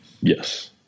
Yes